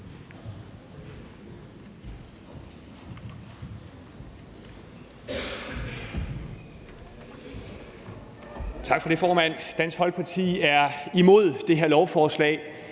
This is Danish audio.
Tak for det, formand. Dansk Folkeparti er imod det her lovforslag.